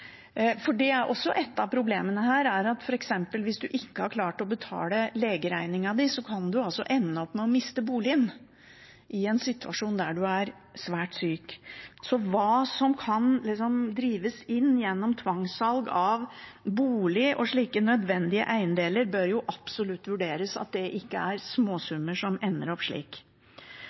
Et av problemene er også at hvis man f.eks. ikke har klart å betale legeregningen, kan man ende opp med å miste boligen i en situasjon der man er svært syk. Hva som kan drives inn gjennom tvangssalg av bolig og slike nødvendige eiendeler, bør derfor absolutt vurderes – at det ikke er småsummer som ender opp slik.